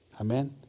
Amen